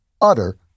utter